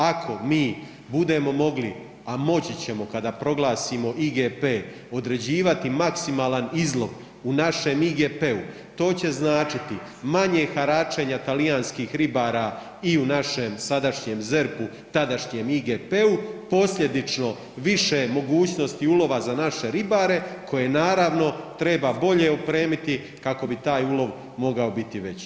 Ako mi budemo mogli, a moći ćemo kada proglasimo IGP, određivati maksimalan izlov u našem IGP-u, to će značiti manje haračenja talijanskih ribara i u našem sadašnjem ZERP-u, tadašnjem IGP-u, posljedično više mogućnosti ulova za naše ribare koje naravno treba bolje opremiti kako bi taj ulov mogao biti veći.